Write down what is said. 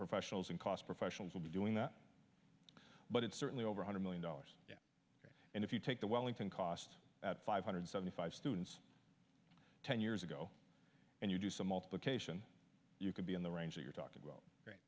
professionals and cost professionals will be doing that but it's certainly over a hundred million dollars and if you take the wellington cost five hundred seventy five students ten years ago and you do some multiplication you could be in the range you're talking